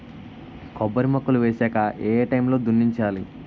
కొబ్బరి మొక్కలు వేసాక ఏ ఏ టైమ్ లో దున్నించాలి?